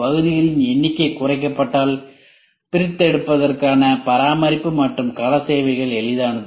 பகுதிகளின் எண்ணிக்கை குறைக்கப்பட்டால் பிரித்தெடுத்தளுக்கான பராமரிப்பு மற்றும் கள சேவைகள் எளிதானது